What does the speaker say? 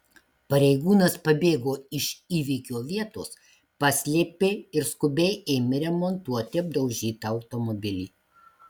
pareigūnas pabėgo iš įvykio vietos paslėpė ir skubiai ėmė remontuoti apdaužytą automobilį